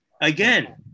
again